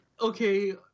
okay